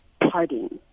partying